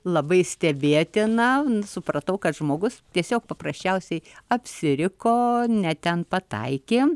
labai stebėtina supratau kad žmogus tiesiog paprasčiausiai apsiriko ne ten pataikė